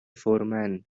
فورمن